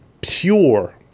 pure